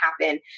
happen